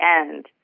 end